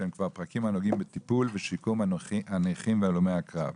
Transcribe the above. והם כבר פרקים הנוגעים בטיפול ושיקום הנכים והלומי הקרב.